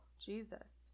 Jesus